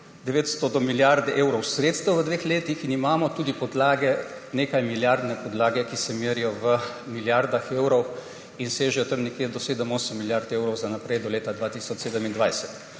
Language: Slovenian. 900 do milijarde evrov sredstev v dveh letih in imamo tudi podlage, nekajmilijardne podlage, ki se merijo v milijardah evrov in sežejo nekje do 7, 8 milijard evrov za naprej do leta 2027.